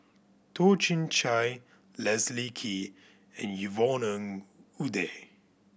Toh Chin Chye Leslie Kee and Yvonne Ng Uhde